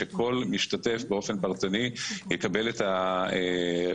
שכל משתתף באופן פרטני יקבל את הרישיון